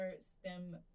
STEM